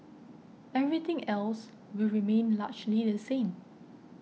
everything else will remain largely the same